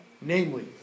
namely